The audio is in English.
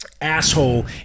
Asshole